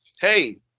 hey